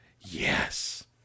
Yes